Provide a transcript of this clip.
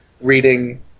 reading